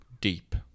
deep